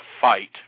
fight